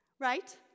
Right